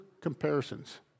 comparisons